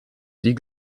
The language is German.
die